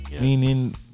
meaning